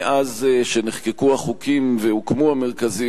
מאז נחקקו החוקים והוקמו המרכזים,